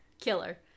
Killer